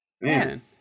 man